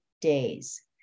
days